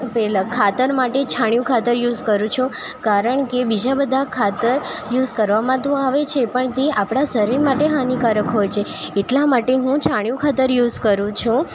પેલા ખાતર માટે છાણિયું ખાતર યુસ કરું છું કારણ કે બીજાં બધાં ખાતર યુસ કરવામાં તો આવે છે પણ તે આપણા શરીર માટે હાનિકારક હોય છે એટલા માટે હું છાણિયું ખાતર યુસ કરું છું